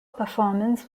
performance